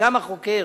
וגם החוקר,